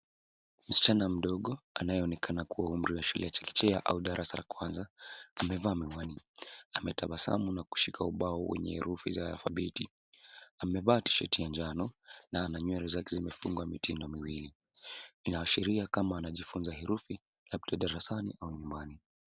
Msichana mdogo anayeonekana kuwa umri wa chekechea au darasa la kwanza. Amevaa miwani, ametabasamu na kushika ubao wenye herufi za alphabeti. Amevaa tisheti ya njano na ana nywele zake zimefungwa mitindo miwili. Inaashiria kama anajifunza herufi labda darasani au nyumbani.